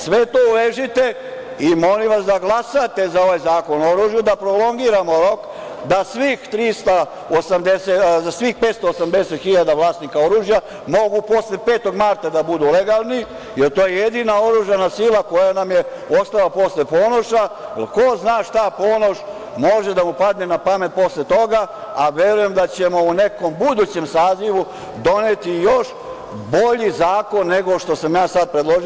Sve to uvežite i molim vas da glasate za ovaj zakon o oružju da prolongiramo rok, da svih 580 hiljada vlasnika oružja mogu posle 5. marta da budu legalni, jer to je jedina oružana sila koja nam je ostala posle Ponoša, jer ko zna šta Ponošu može da padne napamet posle toga, a verujem da ćemo u nekom budućem sazivu doneti još bolji zakon nego što sam ja sad predložio.